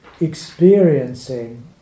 experiencing